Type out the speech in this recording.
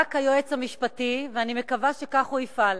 רק היועץ המשפטי, ואני מקווה שכך הוא יפעל.